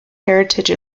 heritage